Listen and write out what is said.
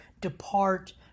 depart